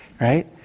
right